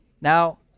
Now